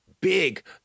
big